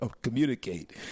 communicate